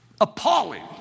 appalling